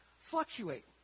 fluctuate